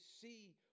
see